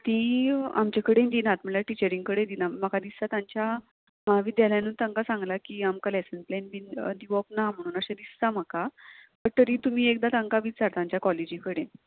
ती आमचे कडेन दिनात म्हळ्यार टिचरींग कडेन दिना म्हाका दिसता तांच्या महाविद्यालयानूत तांकां सांगलां की आमकां लॅसन प्लेन बीन दिवप ना म्हणून अशें दिसता म्हाका बट तरी तुमी एकदां तांकां विचारता तांच्या कॉलेजी कडेन